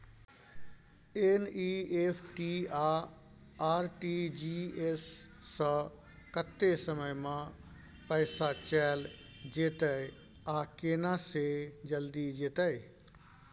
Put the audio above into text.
NEFT आ RTGS स कत्ते समय म पैसा चैल जेतै आ केना से जल्दी जेतै?